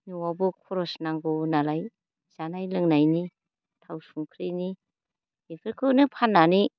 न'आवबो खरस नांगौनालाय जानाय लोंनायनि थाव संख्रिनि बेफोरखौनो फाननानै